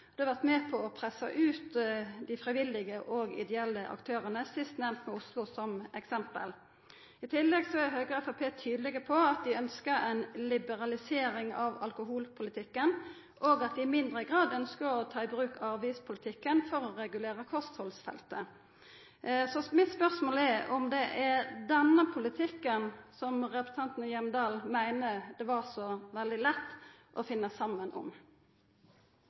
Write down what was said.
har vore med på å pressa ut dei frivillige og ideelle aktørane, sistnemnde med Oslo som eksempel. I tillegg er Høgre og Framstegspartiet tydelege på at dei ønskjer ei liberalisering av alkoholpolitikken, og at dei i mindre grad ønskjer å ta i bruk avgiftspolitikken for å regulera kosthaldsfeltet. Mitt spørsmål er om det er denne politikken der representanten Hjemdal meiner det var så veldig lett å finna saman.